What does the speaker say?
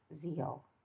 zeal